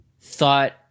thought